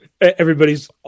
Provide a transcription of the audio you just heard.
Everybody's